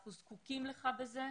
אנחנו זקוקים לך בזה,